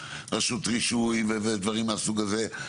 רשות רישוי ודברים מהסוג הזה.